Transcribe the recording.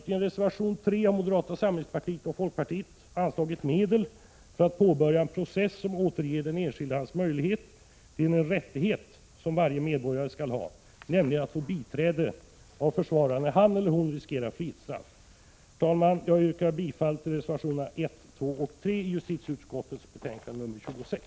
I reservation 3 föreslår moderata samlingspartiet och folkpartiet att medel anslås för att påbörja en process som återger den enskilde hans möjlighet till en rättighet som varje medborgare skall ha, nämligen att få biträde av försvarare när han eller hon riskerar frihetsstraff. Herr talman! Jag yrkar bifall till reservationerna 1, 2 och 3 i justitieutskottets betänkande 26.